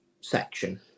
section